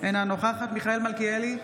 אינה נוכחת מיכאל מלכיאלי,